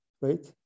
right